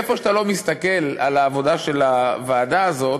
איפה שאתה לא מסתכל על העבודה של הוועדה הזאת,